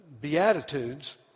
beatitudes